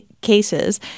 cases